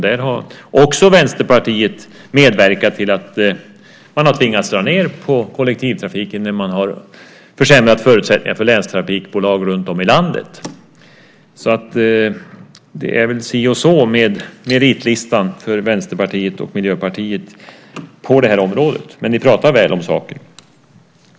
Där har Vänsterpartiet medverkat till att man har tvingats dra ned på kollektivtrafiken när man har försämrat förutsättningarna för länstrafikbolag runtom i landet. Det är väl si och så med meritlistan för Vänsterpartiet och Miljöpartiet på det här området, men ni pratar väl om saken.